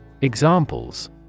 Examples